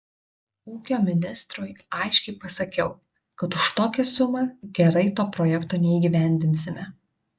ūkio ministrui aiškiai pasakiau kad už tokią sumą gerai to projekto neįgyvendinsime